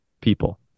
people